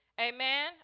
Amen